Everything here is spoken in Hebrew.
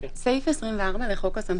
זה צריך להיות בתוך התקנות עצמן, שגם ככה זה מספיק